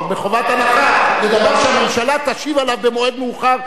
מחובת הנחה לדבר שהממשלה תשיב עליו במועד מאוחר,